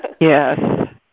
Yes